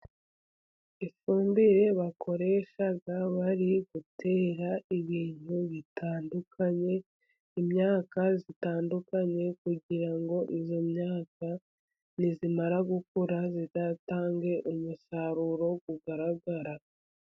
Ifumbire bakoresha bari gutera ibintu bitandukanye imyaka itandukanye, kugira ngo iyo myaka nimara gukura izatange umusaruro ugaragara.